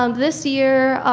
um this year,